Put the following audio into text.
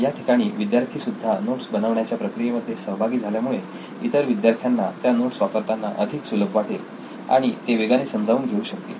या ठिकाणी विद्यार्थी सुद्धा नोट्स बनवण्याच्या प्रक्रियेमध्ये सहभागी झाल्यामुळे इतर विद्यार्थ्यांना त्या नोट्स वापरताना अधिक सुलभ वाटेल आणि ते वेगाने समजावून घेऊ शकतील